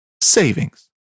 savings